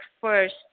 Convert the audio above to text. first